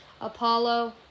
Apollo